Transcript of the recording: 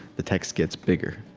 the text gets bigger.